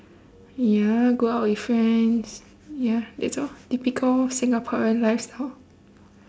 ya go out with friends ya that's all typical singaporean lifestyle